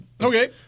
Okay